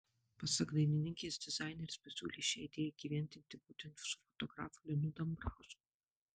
pasak dainininkės dizaineris pasiūlė šią idėją įgyvendinti būtent su fotografu linu dambrausku